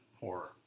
horror